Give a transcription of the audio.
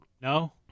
No